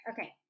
Okay